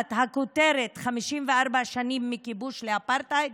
תחת הכותרת "54 שנים, מכיבוש לאפרטהייד",